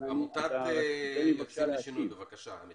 אביחי מרציאנו, "יוצאים לשינוי", בבקשה.